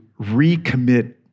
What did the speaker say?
recommit